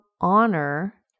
honor